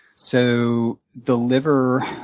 so the liver,